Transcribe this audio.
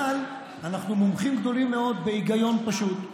אבל אנחנו מומחים גדולים מאוד בהיגיון פשוט.